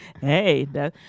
Hey